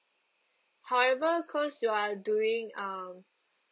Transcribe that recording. however cause you're doing um